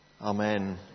Amen